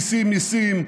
מיסים מיסים,